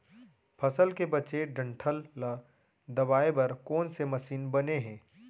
फसल के बचे डंठल ल दबाये बर कोन से मशीन बने हे?